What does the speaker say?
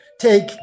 take